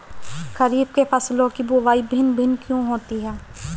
खरीफ के फसलों की बुवाई भिन्न भिन्न क्यों होती है?